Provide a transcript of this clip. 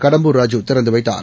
கடம்பூர் ராஜூ திறந்துவைத்தார்